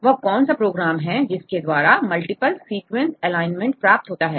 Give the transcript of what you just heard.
वह कौन सा प्रोग्राम है जिसके द्वारा मल्टीपल सीक्वेंस एलाइनमेंट प्राप्त होता है